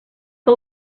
que